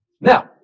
Now